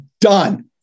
Done